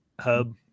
hub